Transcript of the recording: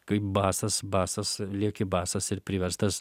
kaip basas basas lieki basas ir priverstas